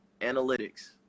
analytics